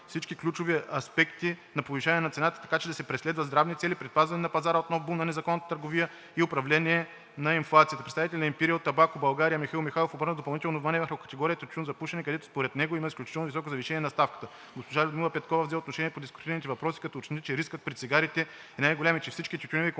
всички ключови аспекти на повишаване на цената, така че да се преследват здравни цели, предпазване на пазара от нов бум на незаконна търговия и управление на инфлацията. Представителят на „Импириъл Табако България“ Михаил Михайлов обърна допълнително внимание върху категорията тютюн за пушене, където според него има изключително високо завишение на ставката. Госпожа Людмила Петкова взе отношение по дискутираните въпроси, като уточни, че рискът при цигарите